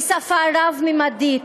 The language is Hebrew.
היא שפעה רב-ממדית